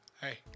Hey